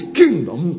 kingdom